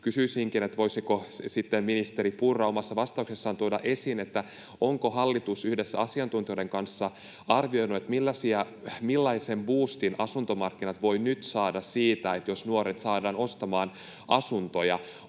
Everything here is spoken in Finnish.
Kysyisinkin, voisiko sitten ministeri Purra omassa vastauksessaan tuoda esiin, onko hallitus yhdessä asiantuntijoiden kanssa arvioinut, millaisen buustin asuntomarkkinat voivat nyt saada siitä, jos nuoret saadaan ostamaan asuntoja.